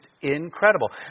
incredible